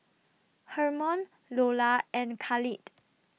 Hermon Loula and Khalid